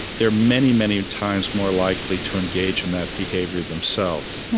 they're many, many times more likely to engage in that behavior themself.